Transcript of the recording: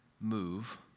move